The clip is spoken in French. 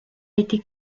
été